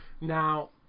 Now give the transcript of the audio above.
Now